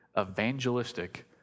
evangelistic